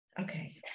Okay